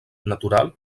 natural